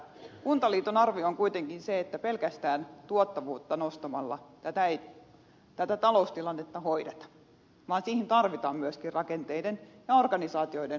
kuntaliiton arvio on kuitenkin se että pelkästään tuottavuutta nostamalla tätä taloustilannetta ei hoideta vaan siihen tarvitaan myöskin rakenteiden ja organisaatioiden uudistusta